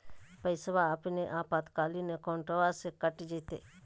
पैस्वा अपने आपातकालीन अकाउंटबा से कट जयते?